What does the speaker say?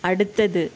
அடுத்தது